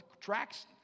tracks